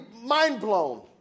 mind-blown